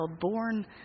born